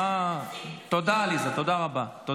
תודה, עליזה, תודה רבה.